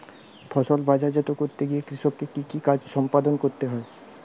ফসল বাজারজাত করতে গিয়ে কৃষককে কি কি কাজ সম্পাদন করতে হয়?